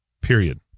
period